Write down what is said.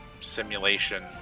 simulation